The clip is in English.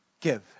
give